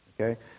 okay